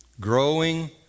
Growing